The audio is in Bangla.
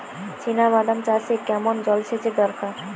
চিনাবাদাম চাষে কেমন জলসেচের দরকার?